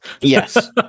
Yes